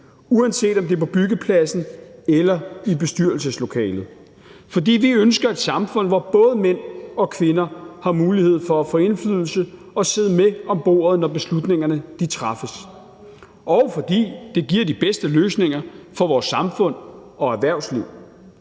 uanset om det er på byggepladsen eller i bestyrelseslokalet. For vi ønsker et samfund, hvor både mænd og kvinder har mulighed for at få indflydelse og sidde med om bordet, når beslutningerne træffes, og fordi det giver de bedste løsninger for vores samfund og erhvervsliv.